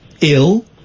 ill